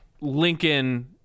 Lincoln